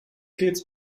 gehts